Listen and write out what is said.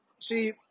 see